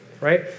right